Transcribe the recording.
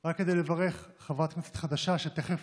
רק כדי לברך חברת כנסת חדשה שתכף